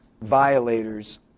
violators